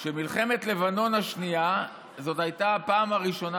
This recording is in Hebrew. במלחמת לבנון השנייה זאת הייתה הפעם הראשונה